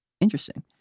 Interesting